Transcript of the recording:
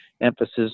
emphasis